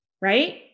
right